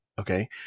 Okay